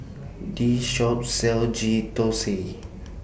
This Shop sells Ghee Thosai